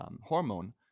hormone